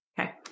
Okay